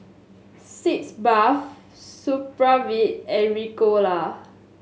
Sitz Bath Supravit and Ricola